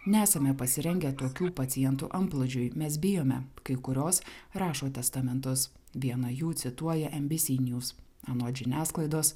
nesame pasirengę tokių pacientų antplūdžiui mes bijome kai kurios rašo testamentus vieną jų cituoja nbc news anot žiniasklaidos